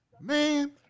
Man